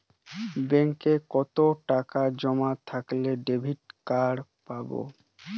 ব্যাঙ্কে কতটাকা জমা থাকলে ডেবিটকার্ড পাব?